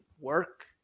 work